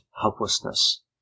helplessness